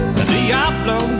Diablo